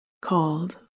called